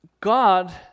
God